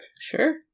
Sure